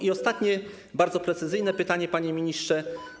Mam ostatnie, bardzo precyzyjne pytanie, panie ministrze.